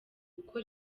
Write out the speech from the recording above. uko